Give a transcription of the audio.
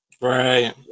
Right